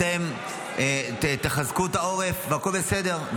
אתם תחזקו את העורף והכול בסדר,